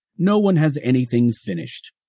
no one has anything finished,